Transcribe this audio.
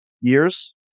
years